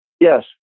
Yes